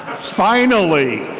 finally,